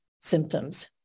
symptoms